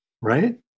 right